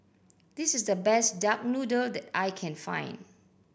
this is the best duck noodles that I can find